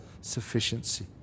sufficiency